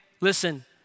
listen